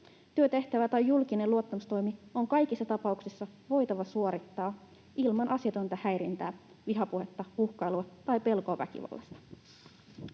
Työtehtävä tai julkinen luottamustoimi on kaikissa tapauksissa voitava suorittaa ilman asiatonta häirintää, vihapuhetta, uhkailua tai pelkoa väkivallasta.